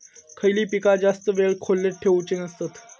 खयली पीका जास्त वेळ खोल्येत ठेवूचे नसतत?